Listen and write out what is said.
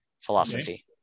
philosophy